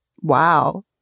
Wow